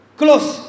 close